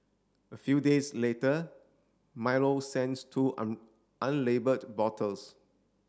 a few days later Milo sends two unlabelled bottles